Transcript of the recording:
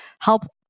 help